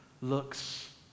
looks